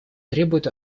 требует